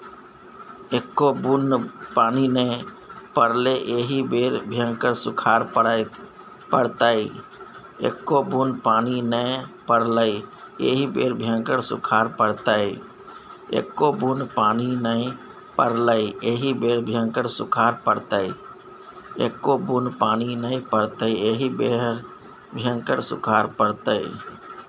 एक्को बुन्न पानि नै पड़लै एहि बेर भयंकर सूखाड़ पड़तै